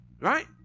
right